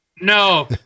No